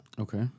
Okay